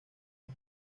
los